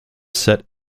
set